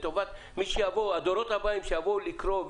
לטובת הדורות הבאים שיבואו לקרוא,